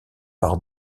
par